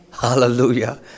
Hallelujah